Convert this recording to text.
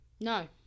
No